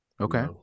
Okay